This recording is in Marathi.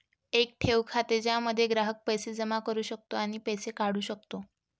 एक ठेव खाते ज्यामध्ये ग्राहक पैसे जमा करू शकतो आणि पैसे काढू शकतो